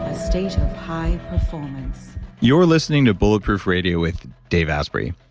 a state of high performance you're listening to bulletproof radio with dave asprey.